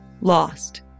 Lost